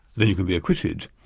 then you can be acquitted.